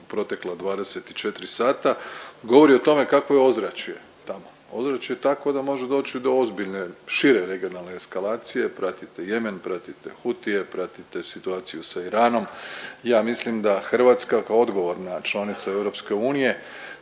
protekla 24 sata, govori o tome kakvo je ozračje tamo. Ozračje je takvo da može doći do ozbiljne šire regionalne eskalacije, pratite Jemen, pratite Hutije, pratite situaciju sa Iranom. Ja mislim da Hrvatska kao odgovorna članica EU